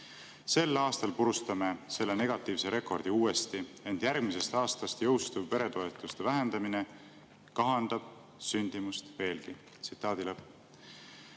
Sel aastal purustame selle negatiivse rekordi uuesti. Ent järgmisest aastast jõustuv peretoetuste vähendamine kahandab sündimust veelgi." Ja selle